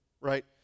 right